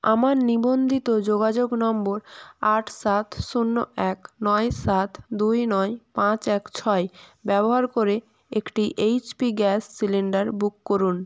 আমার নিবন্ধিত যোগাযোগ নম্বর আট সাত শূন্য এক নয় সাত দুই নয় পাঁচ এক ছয় ব্যবহার করে একটি H P gas cylinder book করুন